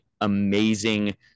amazing